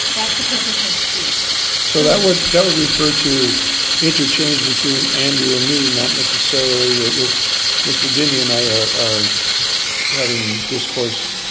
that's the purpose of c. ed so, that would refer to interchange between andrew and me, not necessarily ah if mr. denny and i are are having discourse.